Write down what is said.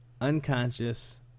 unconscious